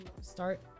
start